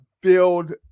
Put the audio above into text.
build